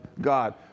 God